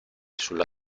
sulla